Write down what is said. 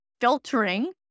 filtering